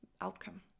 outcome